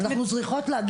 אנחנו נשחקות.